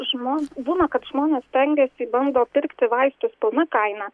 žmon būna kad žmonės stengiasi bando pirkti vaistus pilna kaina